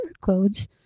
clothes